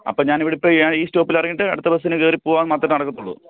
അപ്പം ഞാനിവിടിപ്പം ഈ ഞാൻ ഈ സ്റ്റോപ്പിലിറങ്ങിയിട്ട് അടുത്ത ബസ്സിന് കയറി പോവാൻ മാത്രമേ നടക്കത്തുള്ളൂ